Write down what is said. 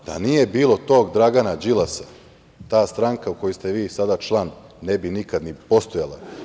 Da nije bilo tog Dragana Đilasa, ta stranka u kojoj ste vi sada član ne bi nikad ni postojala.